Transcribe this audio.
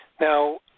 Now